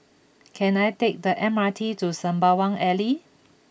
can I take the M R T to Sembawang Alley